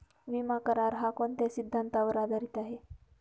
विमा करार, हा कोणत्या सिद्धांतावर आधारीत आहे?